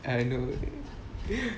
I know